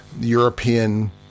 European